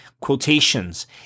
Quotations